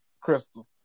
Crystal